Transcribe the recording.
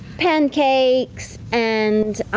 pancakes and.